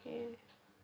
সেয়ে